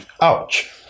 ouch